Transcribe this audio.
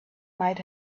might